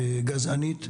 גזענית,